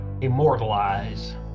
immortalize